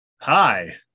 Hi